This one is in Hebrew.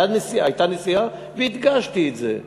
הייתה נסיעה, והדגשתי את זה.